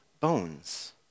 bones